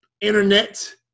Internet